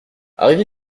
arrivé